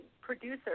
producer